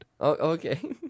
Okay